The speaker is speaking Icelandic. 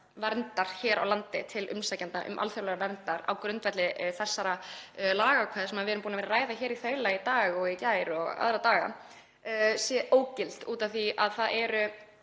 verndar hér á landi til umsækjanda um alþjóðlega vernd, á grundvelli þessara lagaákvæða sem við erum búin að ræða í þaula í dag og í gær og aðra daga, sé ógild af því að það eru